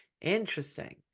interesting